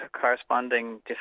corresponding